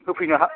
होफैनो